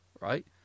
right